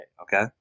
okay